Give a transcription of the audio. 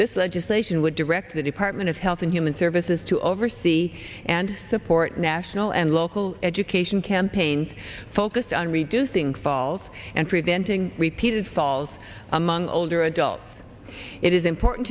this legislation would direct the department of health and human services to oversee and support national and local education campaigns focused on reducing faults and preventing repeated falls among older adults it is important